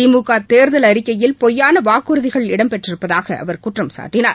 திமுக தேர்தல் அறிக்கையில் பொய்யான வாக்குறுதிகள் இடம்பெற்றிருப்பதாக அவர் குற்றம்சாட்டினார்